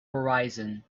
horizon